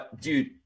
dude